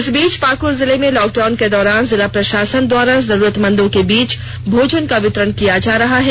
इस बीच पाकुड़ जिले में लॉकडाउन के दौरान जिला प्रषासन द्वारा जरूरतमंदों के बीच भोजन का वितरण किया जा रहा है